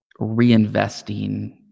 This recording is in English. reinvesting